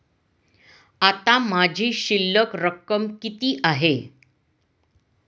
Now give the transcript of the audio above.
आता माझी शिल्लक रक्कम किती आहे?